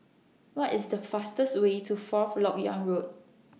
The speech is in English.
What IS The fastest Way to Fourth Lok Yang Road